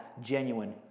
genuine